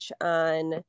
on